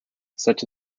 such